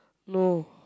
no